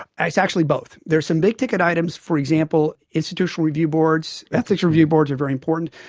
and it's actually both. there are some big-ticket items, for example, institutional review boards, ethics review boards are very important.